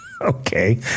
Okay